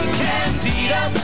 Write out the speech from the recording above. candida